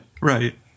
Right